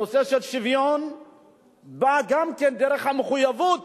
הנושא של שוויון בא גם דרך המחויבות